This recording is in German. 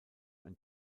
ein